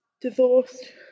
divorced